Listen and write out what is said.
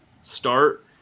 start